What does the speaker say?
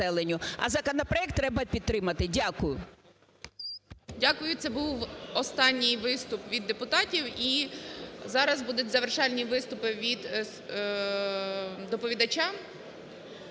А законопроект треба підтримати. Дякую. ГОЛОВУЮЧИЙ. Дякую. Це був останній виступ від депутатів, і зараз будуть завершальні виступи від доповідача